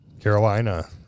Carolina